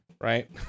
right